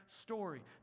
story